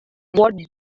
what